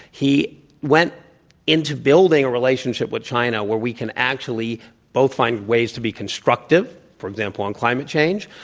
he went into building a relationship with china where we can actually both find ways to be constructive, for example, on climate change.